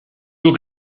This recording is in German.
zur